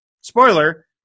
spoiler